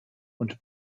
und